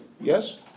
yes